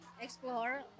Explore